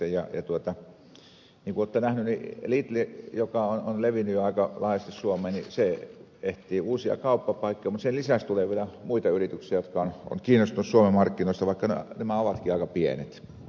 niin kuin olette nähneet niin lidl joka on levinnyt jo aika laajasti suomeen etsii uusia kauppapaikkoja mutta sen lisäksi tulee vielä muita yrityksiä jotka ovat kiinnostuneet suomen markkinoista vaikka nämä ovatkin aika pienet